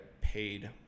paid